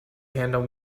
handle